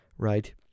right